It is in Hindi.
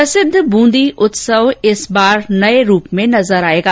प्रसिद्ध बूंदी उत्सव इस बार नये रूप में नजर आयेगा